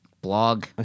blog